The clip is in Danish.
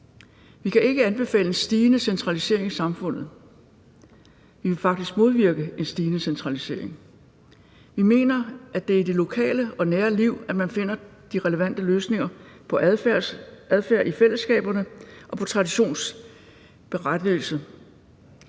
Vi kan ikke anbefale en stigende centralisering i samfundet. Vi vil faktisk modvirke en stigende centralisering. Vi mener, at det er i det lokale og nære liv, man finder de relevante løsninger på adfærd i fællesskaberne og på traditionsberettigelse.